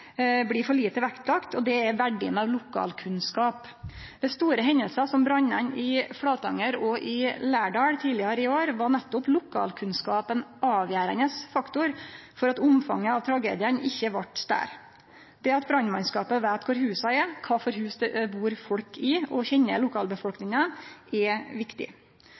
blir lagt for lite vekt på, og det er verdien av lokalkunnskap. Ved store hendingar som brannane i Flatanger og Lærdal tidlegare i år var nettopp lokalkunnskapen ein avgjerande faktor for at omfanget av tragedien ikkje vart større. Det at brannmannskapa veit kor husa er, kva for hus det bur folk i og kjenner lokalbefolkninga, er viktig.